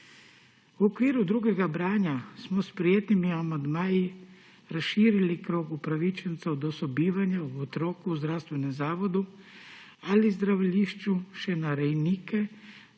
V okviru drugega branja smo s sprejetimi amandmaji razširili krog upravičencev do sobivanja ob otroku v zdravstvenem zavodu ali zdravilišču še na rejnike,